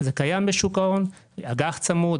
זה קיים בשוק ההון: אג"ח צמוד,